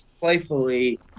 playfully